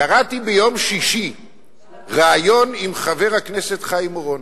קראתי ביום שישי ריאיון עם חבר הכנסת חיים אורון.